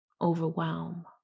overwhelm